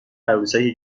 عروسکی